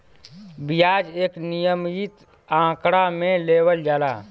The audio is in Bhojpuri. बियाज एक नियमित आंकड़ा मे लेवल जाला